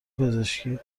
پزشکی